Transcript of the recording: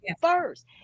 first